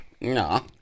no